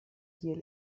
kiel